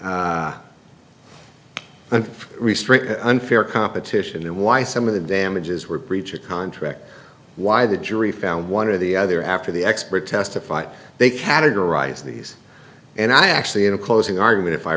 and restrict unfair competition and why some of the damages were breach of contract why the jury found one or the other after the expert testified they categorize these and i actually in a closing argument if i